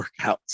workouts